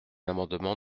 amendement